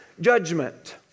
judgment